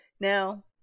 Now